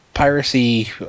piracy